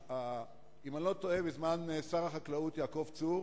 אם אני לא טועה, בזמן שר החקלאות יעקב צור